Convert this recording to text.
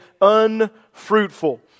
unfruitful